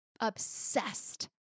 obsessed